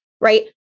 Right